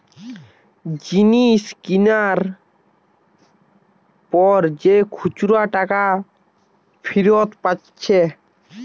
জিনিস কিনার পর যে খুচরা টাকা ফিরত পাচ্ছে